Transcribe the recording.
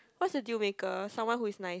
what's the deal maker someone who is nice